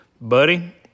Buddy